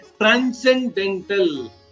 transcendental